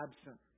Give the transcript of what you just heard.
absent